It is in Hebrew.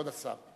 כבוד השר.